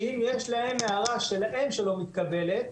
שאם יש להן הערה שלהן שלא מתקבלת,